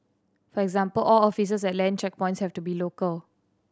for example all officers at land checkpoints have to be local